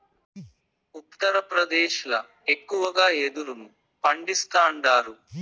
ఉత్తరప్రదేశ్ ల ఎక్కువగా యెదురును పండిస్తాండారు